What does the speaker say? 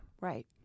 Right